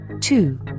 two